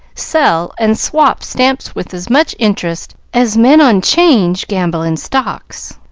sell, and swap stamps with as much interest as men on change gamble in stocks.